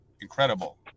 incredible